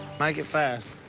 make it fast.